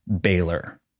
Baylor